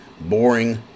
boring